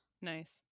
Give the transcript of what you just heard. Nice